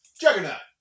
Juggernaut